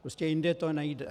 Prostě jindy to nejde.